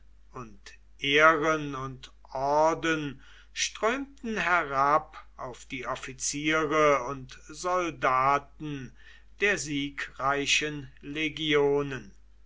und ehren und orden strömten herab auf die offiziere und soldaten der siegreichen legionen